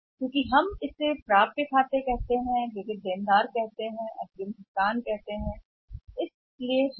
क्योंकि हम कहते हैं कि प्राप्य खातों के रूप में हम कहते हैं कि हम ऋणी ऋणी हैं जिसे हम अग्रिम कहते हैं भुगतान